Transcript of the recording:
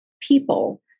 people